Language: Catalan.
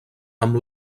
amb